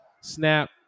Snap